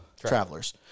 Travelers